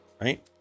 right